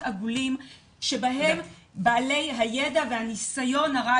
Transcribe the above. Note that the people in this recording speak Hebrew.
עגולים שבהם בעלי הידע והניסיון הרב,